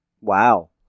Wow